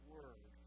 Word